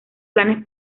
planes